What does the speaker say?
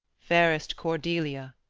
fairest cordelia,